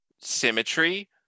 symmetry